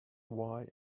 why